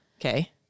Okay